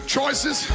Choices